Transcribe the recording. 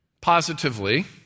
positively